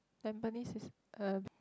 Tampines is uh